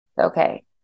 Okay